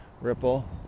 Ripple